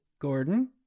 Gordon